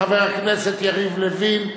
של חבר הכנסת יריב לוין,